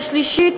השלישית,